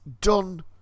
done